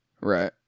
Right